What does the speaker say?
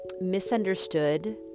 misunderstood